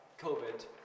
Covid